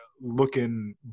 looking